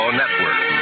network